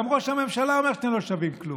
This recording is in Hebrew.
גם ראש הממשלה אומר שאתם לא שווים כלום,